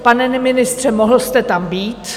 Pane ministře, mohl jste tam být.